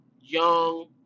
Young